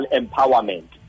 empowerment